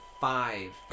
five